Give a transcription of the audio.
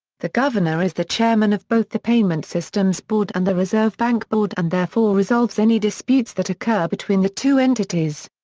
the governor is the chairman of both the payment systems board and the reserve bank board and therefore resolves any disputes that occur between the two entities.